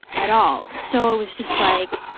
at all. so, it was just like,